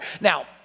Now